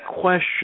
question